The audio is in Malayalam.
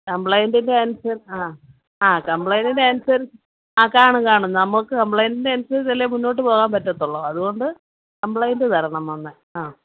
കംപ്ലൈൻറ്റിൻ്റെ അനുസരിച്ച് ആ ആ കംപ്ലൈൻറ്റിൻ്റെ അനുസരിച്ച് ആ കാണും കാണും നമുക്ക് കംപ്ലൈൻറ്റിൻ്റെ അനുസരിച്ചല്ലേ മുന്നോട്ടുപോകാൻ പറ്റത്തുള്ളൂ അതുകൊണ്ട് കംപ്ലൈൻറ്റ് തരണം വന്ന് ആ